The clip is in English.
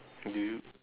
do you